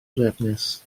drefnus